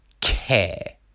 care